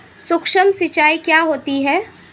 सुक्ष्म सिंचाई क्या होती है?